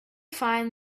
find